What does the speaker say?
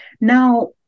Now